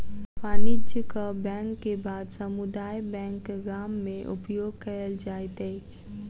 वाणिज्यक बैंक के बाद समुदाय बैंक गाम में उपयोग कयल जाइत अछि